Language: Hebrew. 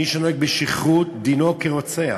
מי שנוהג בשכרות, דינו כרוצח.